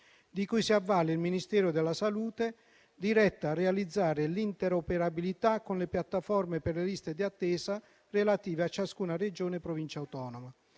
di cui si avvale il Ministero della salute, diretta a realizzare l'interoperabilità con le piattaforme per le liste di attesa relative a ciascuna Regione e Provincia autonoma.